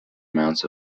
amounts